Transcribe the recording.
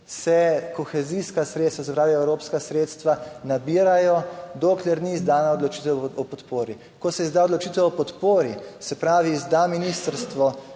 se kohezijska sredstva, se pravi, evropska sredstva, nabirajo, dokler ni izdana odločitev o podpori. Ko se izda odločitev o podpori, se pravi, izda ministrstvo,